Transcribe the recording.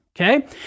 okay